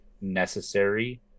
necessary